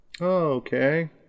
Okay